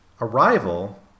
arrival